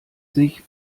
sich